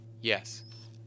Yes